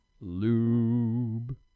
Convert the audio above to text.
lube